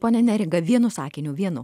ponia neringa vienu sakiniu vienu